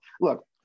Look